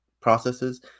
processes